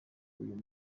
uyu